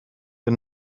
the